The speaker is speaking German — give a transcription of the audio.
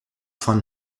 von